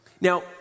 Now